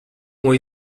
ont